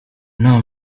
nta